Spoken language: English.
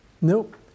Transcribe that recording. Nope